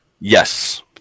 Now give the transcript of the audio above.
yes